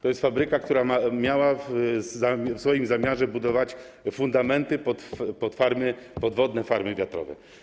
To jest fabryka, która miała w swoim zamiarze budować fundamenty pod farmy, podwodne farmy wiatrowe.